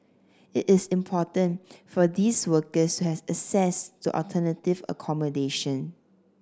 it is important for these workers have access to alternative accommodation